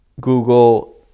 Google